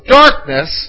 darkness